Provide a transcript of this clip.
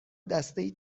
دستهای